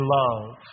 love